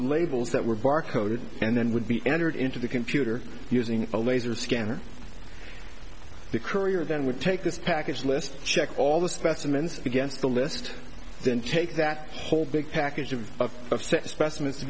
labels that were barcode and then would be entered into the computer using a laser scanner the courier then would take this package list check all the specimens against the list then take that whole big package of specimens to